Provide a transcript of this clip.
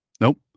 Nope